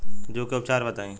जूं के उपचार बताई?